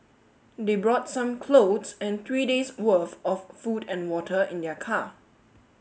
they brought some clothes and three days worth of food and water in their car